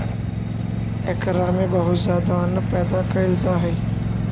एकरा में बहुत ज्यादा अन्न पैदा कैल जा हइ